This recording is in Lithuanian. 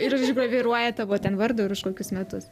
ir išgraviruoja tavo ten vardą ir už kokius metus